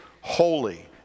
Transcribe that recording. holy